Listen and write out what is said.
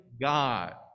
God